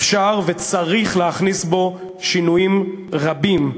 אפשר וצריך להכניס בו שינויים רבים.